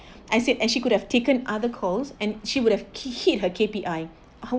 I said and she could have taken other calls and she would have key hit her K_P_I how